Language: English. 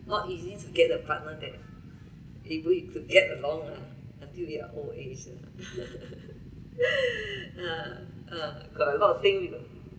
not easy to get a partner that it with to get along lah until we are old age lah ya ah got a lot of thing we